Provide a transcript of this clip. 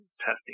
testing